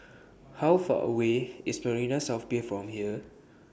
How Far away IS Marina South Pier from here